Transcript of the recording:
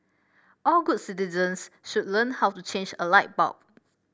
all good citizens should learn how to change a light bulb